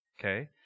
Okay